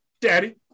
daddy